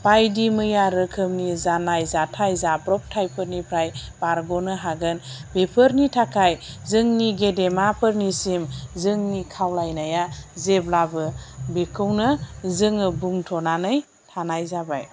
बायदि मैया रोखोमनि जानाय जाथाय जाब्रबथायफोरनिफ्राय बारगनो हागोन बेफोरनि थाखाय जोंनि गेदेमाफोरनिसिम जोंनि खावलायनाया जेब्लाबो बेखौनो जोङो बुंथ'नानै थानाय जाबाय